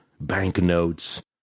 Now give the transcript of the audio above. banknotes